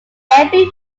every